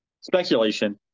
speculation